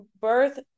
birth